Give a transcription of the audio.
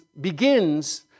begins